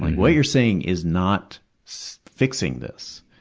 what you're saying is not so fixing this!